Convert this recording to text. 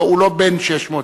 הוא לא בן 600 סעיפים.